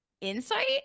insight